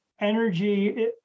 energy